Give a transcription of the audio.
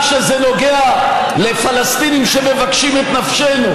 רק כשזה נוגע לפלסטינים שמבקשים את נפשנו,